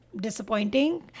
disappointing